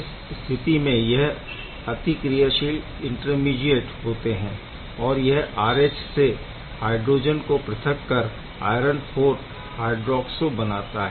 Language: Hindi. इस स्थिति में यह अतिक्रियाशील इंटरमीडीऐट होते है और यह RH से हाइड्रोजन को पृथक कर आयरन IV हय्ड्रोऑक्सो बनाता है